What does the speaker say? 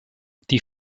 die